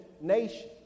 nation